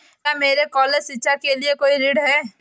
क्या मेरे कॉलेज शिक्षा के लिए कोई ऋण है?